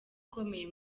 ikomeye